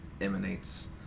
emanates